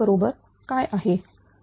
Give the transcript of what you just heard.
बरोबर काय आहे